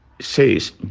says